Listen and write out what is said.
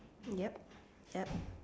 yup yup